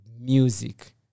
music